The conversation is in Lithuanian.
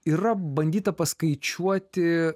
yra bandyta paskaičiuoti